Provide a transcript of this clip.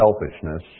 selfishness